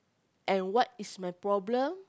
and what is my problem